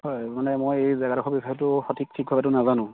হয় মানে মই এই জেগাডখৰ বিষয়টো সঠিক ঠিকভাৱেটো নেজানো